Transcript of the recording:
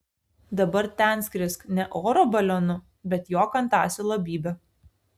dabar ten skrisk ne oro balionu bet jok ant asilo bybio